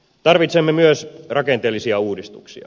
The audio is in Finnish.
tarvitsemme myös rakenteellisia uudistuksia